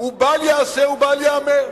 הוא בל ייעשה ובל ייאמר.